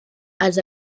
els